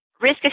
Risk